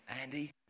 Andy